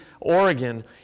Oregon